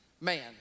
man